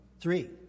Three